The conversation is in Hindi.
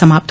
समाप्त